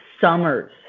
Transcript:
Summers